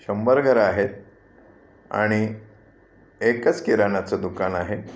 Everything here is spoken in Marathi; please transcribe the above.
शंभर घरं आहेत आणि एकच किराणाचं दुकान आहे